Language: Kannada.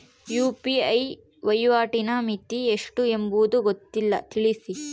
ಯು.ಪಿ.ಐ ವಹಿವಾಟಿನ ಮಿತಿ ಎಷ್ಟು ಎಂಬುದು ಗೊತ್ತಿಲ್ಲ? ತಿಳಿಸಿ?